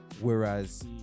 whereas